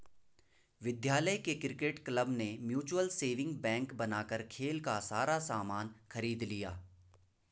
विद्यालय के cricket club ने म्यूचल सेविंग बैंक बनाकर खेल का सारा सामान खरीद लिया